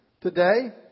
today